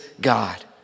God